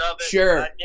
sure